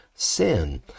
sin